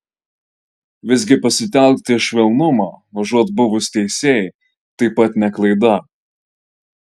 visgi pasitelkti švelnumą užuot buvus teisiai taip pat ne klaida